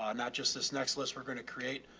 um not just this next list we're going to create,